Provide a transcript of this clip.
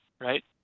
right